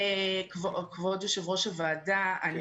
כבוד יושב ראש הוועדה,